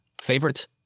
Favorite